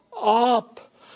up